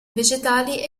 vegetali